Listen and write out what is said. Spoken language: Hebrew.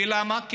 ולמה?